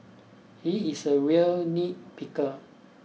he is a real nitpicker